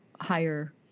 higher